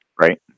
Right